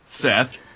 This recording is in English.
Seth